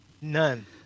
None